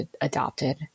adopted